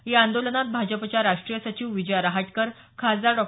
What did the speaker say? या आंदोलनात भाजपच्या राष्ट्रीय सचिव विजया रहाटकर खासदार डॉ